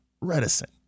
reticent